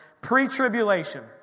Pre-tribulation